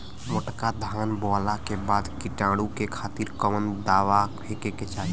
मोटका धान बोवला के बाद कीटाणु के खातिर कवन दावा फेके के चाही?